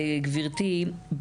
גבירתי,